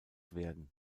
werden